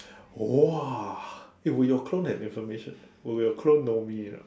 whoa eh will your clone have information eh we will clone know me ya